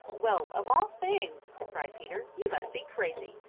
well, of all things! cried peter. you must be crazy.